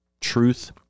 truth